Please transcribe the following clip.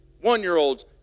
one-year-olds